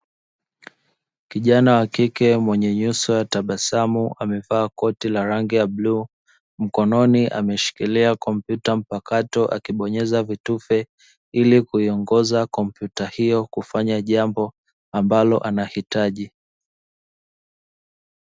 Kijana wa kike mwenye nyuso ya tabasamu amevaa koti la rangi ya bluu mkononi ameshikilia kompyuta mpakato akibonyeza vitufe ili kuiongoza kompyuta hiyo kufanya jambo ambalo anahitaji.